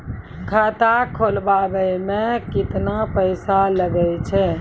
खाता खोलबाबय मे केतना पैसा लगे छै?